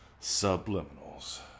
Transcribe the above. subliminals